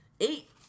Eight